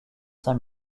saint